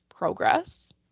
progress